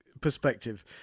Perspective